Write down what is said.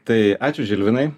tai ačiū žilvinai